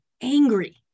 angry